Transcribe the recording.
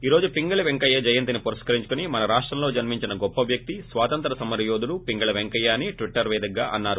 ఈ రోజు పింగళి పెంకయ్య జయంతిని పురస్కరించుకుని మన రాష్టంలో జన్మించిన గొప్ప వ్యక్తి స్వాతంత్ర్య సమరయోధుడు పింగళి వెంకయ్యఅనిేట్సిట్టర్ వేదికగా అన్నారు